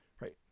Right